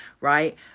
right